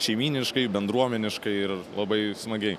šeimyniškai bendruomeniškai ir labai smagiai